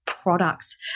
products